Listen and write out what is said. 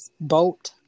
boat